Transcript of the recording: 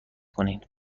کنین